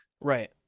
Right